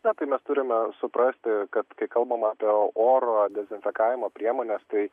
na tai mes turime suprasti kad kai kalbama apie oro dezinfekavimo priemones tai